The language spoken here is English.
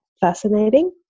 fascinating